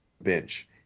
bench